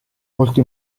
molto